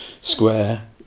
square